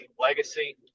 legacy